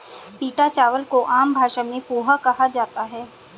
पीटा चावल को आम भाषा में पोहा कहा जाता है